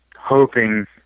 hoping